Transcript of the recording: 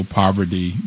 poverty